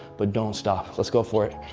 but don't stop. let's go for it.